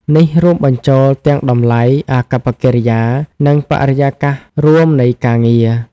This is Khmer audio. នេះរួមបញ្ចូលទាំងតម្លៃ អាកប្បកិរិយា និងបរិយាកាសរួមនៃការងារ។